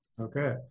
okay